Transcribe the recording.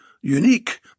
unique